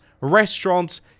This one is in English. restaurants